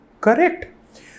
Correct